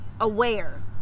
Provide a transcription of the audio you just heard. Aware